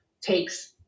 takes